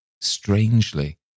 strangely